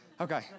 Okay